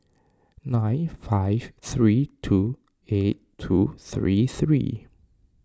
nine five three two eight two three three